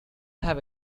have